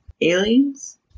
aliens